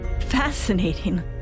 Fascinating